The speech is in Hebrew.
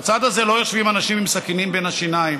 בצד הזה לא יושבים אנשים עם סכינים בין השיניים,